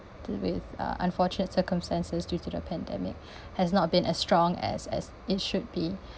with uh unfortunate circumstances due to the pandemic has not been as strong as as it should be